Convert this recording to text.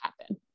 happen